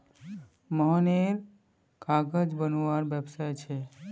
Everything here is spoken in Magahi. मोहनेर कागज बनवार व्यवसाय छे